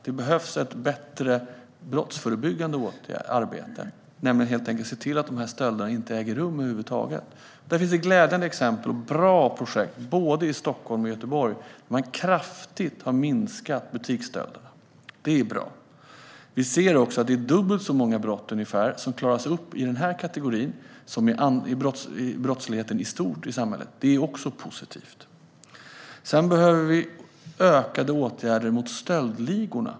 Det behövs ett bättre brottsförebyggande arbete. Det handlar helt enkelt om att se till att stölderna inte äger rum över huvud taget. Det finns glädjande exempel och bra projekt där man kraftigt har minskat butiksstölderna både i Stockholm och i Göteborg. Det är bra. Vi ser också att det är ungefär dubbelt så många brott som klaras upp i den här kategorin som när det gäller brottsligheten i stort i samhället. Det är också positivt. Sedan behöver vi ökade åtgärder mot stöldligorna.